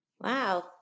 Wow